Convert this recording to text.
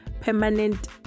permanent